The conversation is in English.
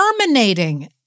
terminating